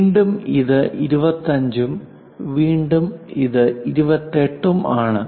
വീണ്ടും ഇത് 25 ഉം വീണ്ടും ഇത് 28 ഉം ആണ്